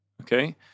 Okay